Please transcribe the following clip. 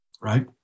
right